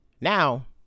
now